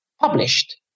published